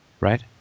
Right